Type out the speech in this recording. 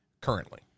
currently